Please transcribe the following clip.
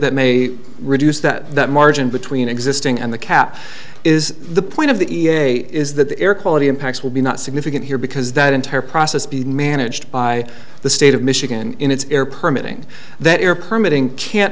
that may reduce that margin between existing and the cap is the point of the e a a is that the air quality impacts will be not significant here because that entire process be managed by the state of michigan in its air permit and that air permit inc can't